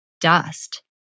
dust